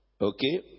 Okay